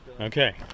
okay